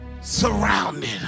surrounded